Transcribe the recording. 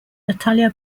natalia